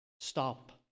Stop